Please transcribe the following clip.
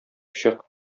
чык